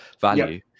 value